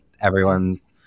everyone's